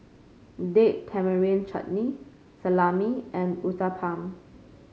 Date Tamarind Chutney Salami and Uthapam